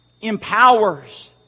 empowers